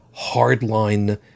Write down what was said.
hardline